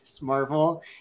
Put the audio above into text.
Marvel